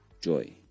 Joy